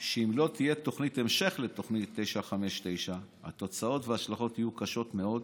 שאם לא תהיה תוכנית המשך לתוכנית 959 התוצאות וההשלכות יהיו קשות מאוד,